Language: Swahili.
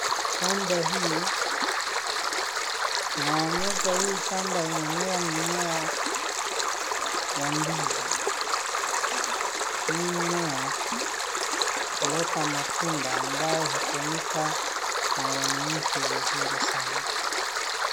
Shamba hii, inaonyesha hii shamba inamea mimea ya ndizi. Hii mimea, huleta matunda ambayo hutumika na wananchi vizuri sana.